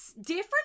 different